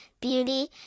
beauty